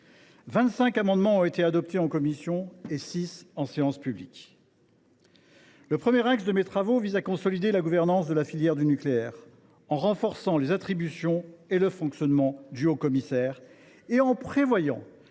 amendements ont été adoptés en commission et six en séance publique. Le premier axe de mes travaux vise à consolider la gouvernance de la filière du nucléaire, en renforçant les attributions et le fonctionnement du haut commissaire et en prévoyant